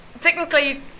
technically